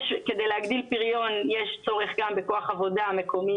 כדי להגדיל פריון יש צורך גם בכוח עבודה מקומי,